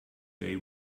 they